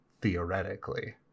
theoretically